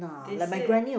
they said